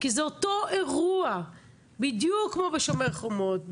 כי זה אותו אירוע בדיוק כמו בשומר חומות,